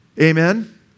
Amen